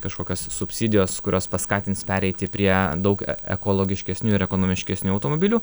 kažkokios subsidijos kurios paskatins pereiti prie daug ekologiškesnių ir ekonomiškesnių automobilių